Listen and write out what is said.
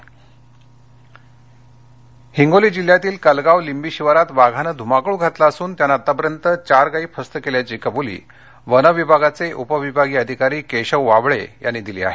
वाघ हिंगोली हिंगोली जिल्ह्यातील कलगाव लिंबी शिवारात वाघाने धुमाकूळ घातला असून त्याने आत्तापर्यंत चार गायी फस्त केल्याची कबुली वनविभागाचे उपविभागीय अधिकारी केशव वाबर्ळे यांनी दिली आहे